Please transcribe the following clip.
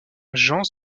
jean